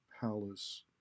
palace